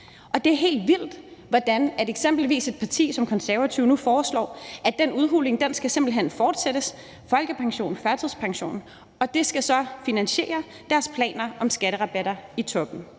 Det er helt vildt, hvordan eksempelvis et parti som Konservative nu foreslår, at den udhuling simpelt hen skal fortsættes – folkepension, førtidspension. Og det skal så finansiere deres planer om skatterabatter i toppen.